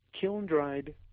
kiln-dried